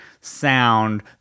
sound